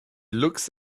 looks